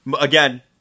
Again